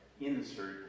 insert